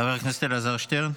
חבר הכנסת אלעזר שטרן,